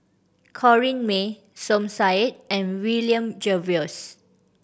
Corrinne May Som Said and William Jervois